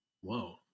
Whoa